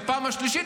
בפעם השלישית,